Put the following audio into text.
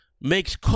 makes